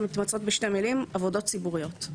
מתמצות בשתי מילים: עבודות ציבוריות.